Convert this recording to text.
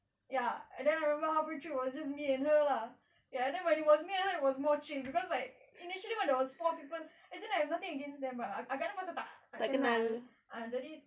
ya and then I remember halfway through it was just me and her lah ya and then when it was me I know it was more chill cause like initially when there was four people I have nothing against them lah but agaknya pasal tak tak kenal jadi